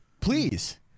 Please